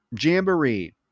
jamboree